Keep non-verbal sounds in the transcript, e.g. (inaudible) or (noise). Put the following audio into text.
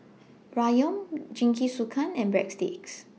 (noise) Ramyeon Jingisukan and Breadsticks